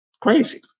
Crazy